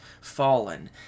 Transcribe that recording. fallen